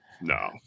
No